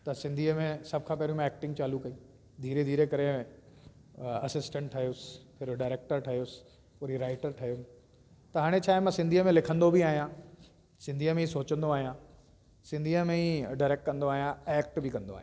त सिंधीअ में सभ खां पहिरों मां एक्टिंग चालू कयी धीरे धीरे करे ऐं असिस्टेंट ठयुसि फिर डाइरेक्टर ठयुसि वरी राइटर ठयुमि त हाणे छाहे मां सिंधीअ में लिखंदो बि आहियां सिंधीअ में ई सोचंदो आहियां सिंधीअ में ई डाइरेक्ट कंदो आहियां एक्ट बि कंदो आहियां